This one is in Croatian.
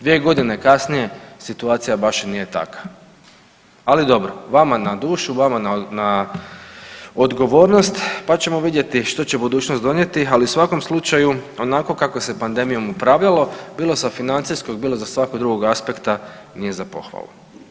Dvije godine kasnije situacija baš i nije takva, ali dobro, vama na dušu, vama na odgovornost pa ćemo vidjeti što će budućnost donijeti ali u svakom slučaju onako kako se pandemijom upravljalo bilo sa financijskog, bilo sa svakog drugo aspekta nije za pohvalu.